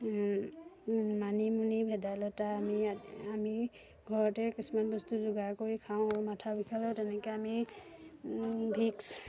মানিমুনি ভেদাইলতা আমি আমি ঘৰতে কিছুমান বস্তু যোগাৰ কৰি খাওঁ আৰু মাথা বিষালেও তেনেকৈ আমি ভিক্স